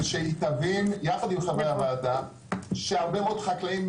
כדי שתבין יחד עם חברי הוועדה שהרבה מאוד חקלאים,